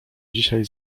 dzisiaj